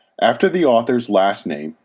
after the author's last name,